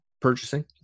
purchasing